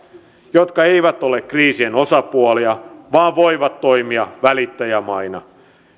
jotka eivät ole kriisien osapuolia vaan voivat toimia välittäjämaina